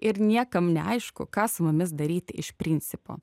ir niekam neaišku ką su mumis daryti iš principo